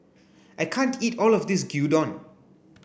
I can't eat all of this Gyudon